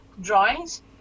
drawings